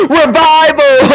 revival